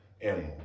animal